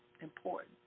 important